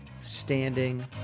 standing